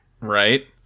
Right